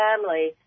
family